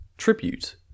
tribute